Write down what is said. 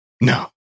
No